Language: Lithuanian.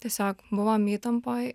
tiesiog buvom įtampoj